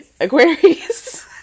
Aquarius